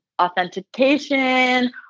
authentication